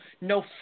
no